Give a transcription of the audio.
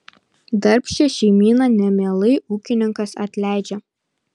darbščią šeimyną nemielai ūkininkas atleidžia